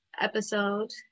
episode